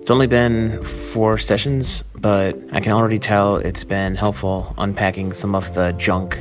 it's only been four sessions, but i can already tell it's been helpful unpacking some of the junk